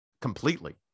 completely